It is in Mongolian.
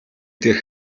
дээрх